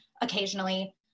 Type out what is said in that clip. occasionally